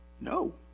No